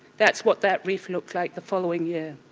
that's what that reef looked like the following year.